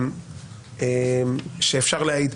שאפשר להעיד.